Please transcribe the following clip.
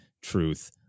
truth